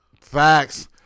Facts